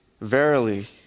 Verily